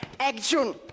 Action